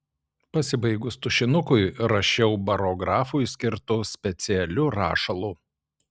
pasibaigus tušinukui rašiau barografui skirtu specialiu rašalu